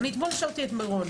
אני אתמול אשרתי את מרון,